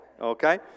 okay